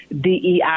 DEI